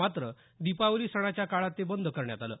मात्र दिपावली सणाच्या काळात ते बंद करण्यात आलं